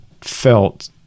felt